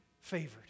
favored